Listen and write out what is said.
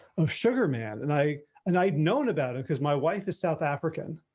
of sugar man and i, and i'd known about it because my wife is south african.